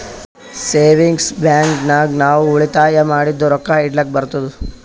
savings bank ನಾಗ್ ನಾವ್ ಉಳಿತಾಯ ಮಾಡಿದು ರೊಕ್ಕಾ ಇಡ್ಲಕ್ ಬರ್ತುದ್